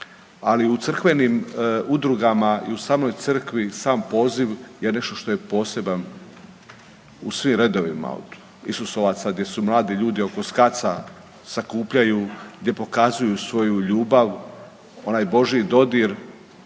ali u crkvenim udrugama i u samoj crkvi sam poziv je nešto što je poseban u svim redovima od Isusovaca gdje su mladi ljudi oko SKAC-a sakupljaju gdje pokazuju svoju ljubav onaj božji dodir